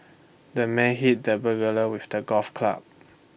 the man hit the burglar with A golf club